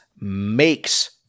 makes